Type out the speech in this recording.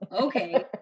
Okay